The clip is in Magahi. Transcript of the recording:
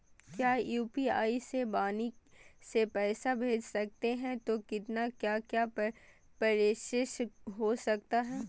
क्या यू.पी.आई से वाणी से पैसा भेज सकते हैं तो कितना क्या क्या प्रोसेस हो सकता है?